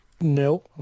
No